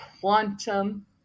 quantum